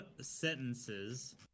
sentences